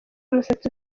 umusatsi